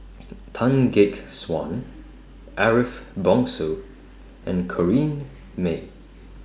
Tan Gek Suan Ariff Bongso and Corrinne May